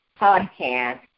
podcast